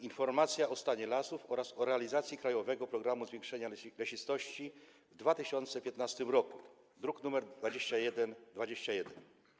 Informacja o stanie lasów oraz o realizacji „Krajowego programu zwiększania lesistości” w 2015 r., druk nr 2121.